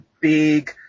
big